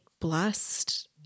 blessed